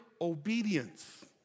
obedience